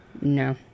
No